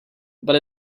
but